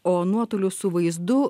o nuotoliu su vaizdu